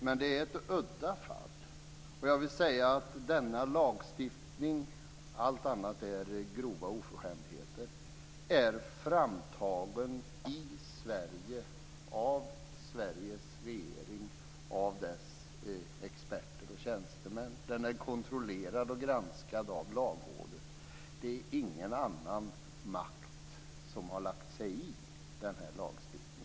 Men detta är ett udda fall, och jag vill säga att denna lagstiftning - allt annat är grova oförskämdheter - är framtagen i Sverige av Sveriges regering, av dess experter och tjänstemän, och kontrollerad och granskad av Lagrådet. Det är ingen annan makt som har lagt sig i den här lagstiftningen.